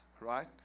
right